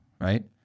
right